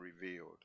revealed